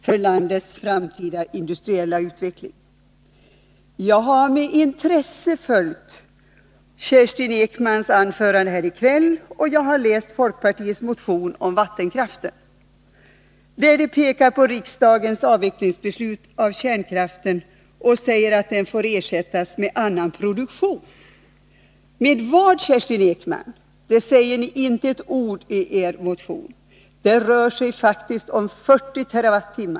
Herr talman! Vattenkraftens stora betydelse för den industriella utvecklingen i vårt land glöms så ofta bort i debatten. I stället fokuseras miljöfrågorna runt utbyggnader, och alltför ofta saknas en realistisk uppfattning om nödvändigheten av en stabil och långsiktig energiförsörjning. Det är en lättvunnen popularitet att gå ut med ett budskap om förbud mot all vattenkraftsutbyggnad och samtidigt säga nej till kärnkraften. Detta vittnar endast om oansvarighet och ointresse för landets framtida industriella utveckling. Jag har med intresse följt Kerstin Ekmans anförande här i kväll, och jag har läst folkpartiets motion om vattenkraften. I motionen pekar de på riksdagens beslut att avveckla kärnkraften och säger att den får ersättas med annan produktion. Med vad, Kerstin Ekman? Det säger ni inte ett ord omier motion. Det rör sig faktiskt om 40 TWh.